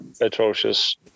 atrocious